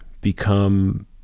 become